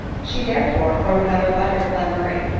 she, therefore, wrote another letter to glenmurray,